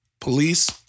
Police